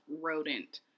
rodent